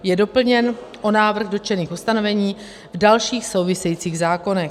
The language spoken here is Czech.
Je doplněn o návrh dotčených ustanovení v dalších souvisejících zákonech.